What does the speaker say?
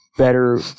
better